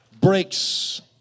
breaks